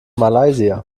malaysia